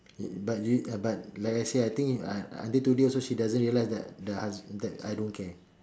but but you like I say I think uh until today also she doesn't realise that the hus~ that I don't care